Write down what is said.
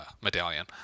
medallion